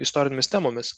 istorinėmis temomis